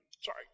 sorry